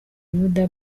www